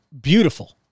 beautiful